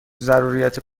ضروریات